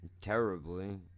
terribly